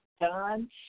done